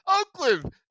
Oakland